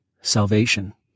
salvation